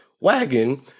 wagon